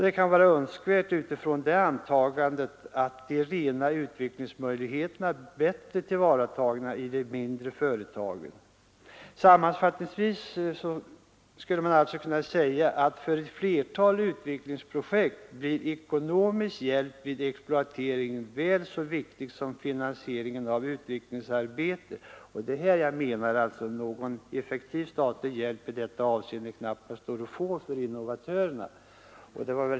Det kan utifrån det antagandet vara önskvärt att de rena utvecklingsmöjligheterna blir bättre tillvaratagna i det mindre företaget. Sammanfattningsvis kan man således säga att för ett flertal utvecklingsprojekt blir ekonomisk hjälp vid exploateringen väl så viktig som finansieringen av utvecklingsarbetet. Det är i detta avseende jag menar att någon effektiv statlig hjälp knappast står att få för innovatörerna.